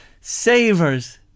savers